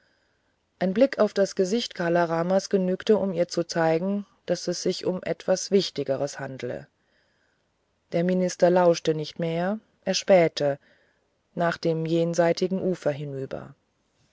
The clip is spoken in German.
ein blick auf das gesicht kala ramas genügte um ihr zu zeigen daß es sich um etwas wichtigeres handle der minister lauschte nicht mehr er spähte nach dem jenseitigen ufer hinüber